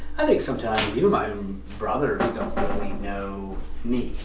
i think sometimes, even my own brothers, don't really know me.